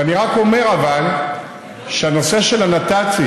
ואני רק אומר שהנושא של הנת"צים,